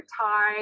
tie